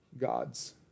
God's